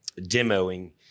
demoing